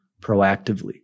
proactively